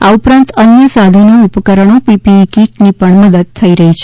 આ ઉપરાંત અન્ય સાધનો ઉપકરણો અને પીપીઈ કીટની પણ મદદ થઈ રહી છે